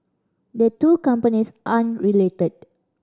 the two companies aren't related